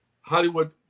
Hollywood